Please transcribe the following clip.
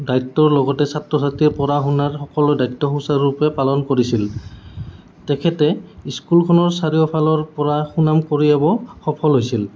দায়িত্বৰ লগতে ছাত্ৰ ছাত্ৰীৰ পঢ়া শুনাৰ সকলো দায়িত্ব সুচাৰুৰূপে পালন কৰিছিল তেখেতে স্কুলখনৰ চাৰিওফালৰপৰা সুনাম কঢ়িয়াব সফল হৈছিল